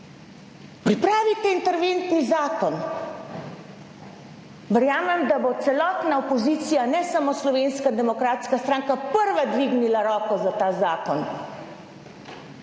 pripravite interventni zakon? Verjamem, da bo celotna opozicija, ne samo Slovenska demokratska stranka prva dvignila roko za ta zakon.